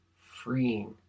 freeing